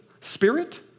spirit